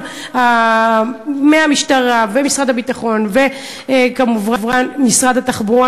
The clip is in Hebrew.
מהמשטרה ומשרד הביטחון וכמובן משרד התחבורה,